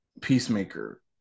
Peacemaker